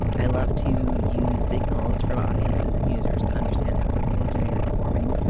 i love to use signals from audiences and users to understand how something is doing or performing,